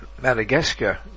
Madagascar